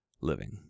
living